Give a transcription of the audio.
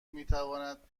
میتواند